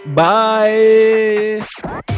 bye